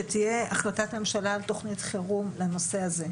שתהיה החלטת ממשלה על תכנית חירום לנושא הזה,